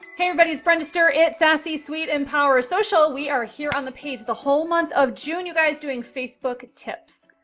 hey everybody! it's brenda ster, it's sassy suite, empowersocial. we are here on the page! the whole month of june, you guys, doing facebook tips,